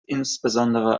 insbesondere